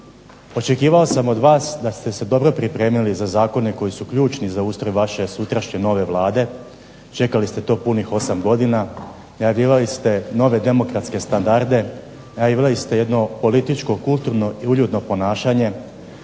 očekivao sam od vas da ste se dobro pripremili za zakone koji su ključni za ustroj vaše sutrašnje nove Vlade, čekali ste to punih 8 godina, …/Govornik se ne razumije./… ste nove demokratske standarde, najavljivali ste jedno političko kulturno i uljudno ponašanje,